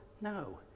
no